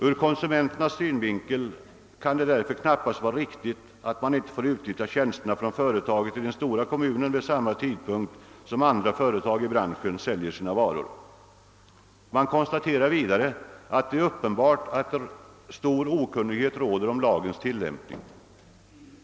Ur konsumenternas synvinkel kan det därför knappast vara riktigt att man ej får utnyttja tjänsterna från företaget i den stora kommunen vid samma tidpunkt som andra företag i branschen säljer sina varor. Man konstaterar vidare att det är uppenbart att stor okunnighet råder om lagens tillämpning.